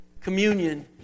communion